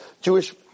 Jewish